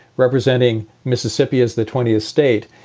representing mississippi as the twentieth state.